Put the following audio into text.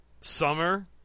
Summer